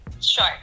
sure